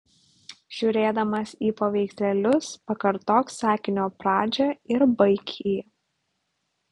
žiūrėdamas į paveikslėlius pakartok sakinio pradžią ir baik jį